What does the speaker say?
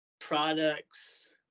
products